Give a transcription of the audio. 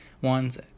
ones